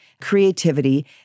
creativity